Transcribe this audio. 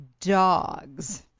dogs